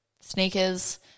sneakers